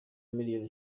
miliyoni